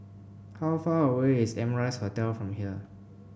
how far away is Amrise Hotel from here